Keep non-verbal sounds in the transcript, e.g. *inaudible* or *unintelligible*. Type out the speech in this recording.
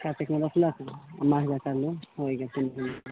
कातिकमे रोपलक आ माघमे होइ गेल *unintelligible*